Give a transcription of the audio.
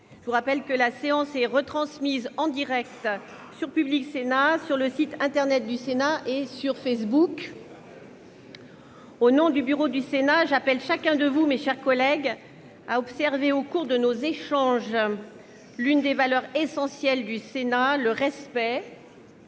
Je vous rappelle que la séance est retransmise en direct sur Public Sénat, sur le site internet du Sénat et sur Facebook. Au nom du bureau du Sénat, j'appelle chacun d'entre vous, mes chers collègues, à observer au cours de nos échanges l'une des valeurs essentielles du Sénat : le respect,